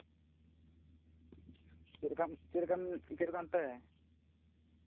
ᱪᱮᱫ ᱞᱮᱠᱟᱢ ᱪᱮᱫ ᱞᱮᱠᱟᱢ ᱪᱮᱫ ᱞᱮᱠᱟ ᱮᱱᱛᱮ